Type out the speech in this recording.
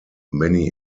many